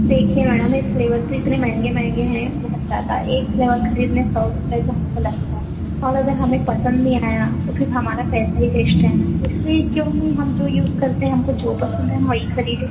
देखिए मैडम ये फ्लेवर तो इतने महंगे महंगे हैं बहुत ज़्यादा एक फ्लेवर खरीदने सौ रूपये तो हमको लगता है और अगर हमें पसंद नहीं आया तो फिर हमारा पैसा भी वेस्ट है न इसलिए क्यों नहीं हम जो यूस करते हैं हमको जो पसंद हैं हम वही खरीदें